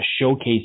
showcase